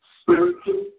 spiritual